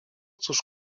cóż